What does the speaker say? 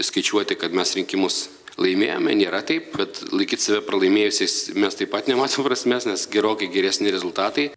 skaičiuoti kad mes rinkimus laimėjome nėra taip kad laikyt save pralaimėjusiais mes taip pat nematom prasmės nes gerokai geresni rezultatai